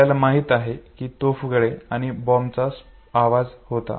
आपल्याला माहित आहे की तो तोफगोळे आणि बॉम्ब स्फोटचा आवाज होता